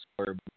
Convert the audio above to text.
score